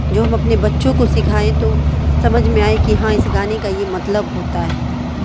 جو ہم اپنے بچوں کو سکھائیں تو سمجھ میں آئے کہ ہاں اس گانے کا یہ مطلب ہوتا ہے